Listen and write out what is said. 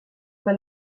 pas